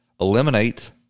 eliminate